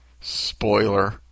spoiler